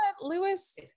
Lewis